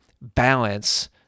balance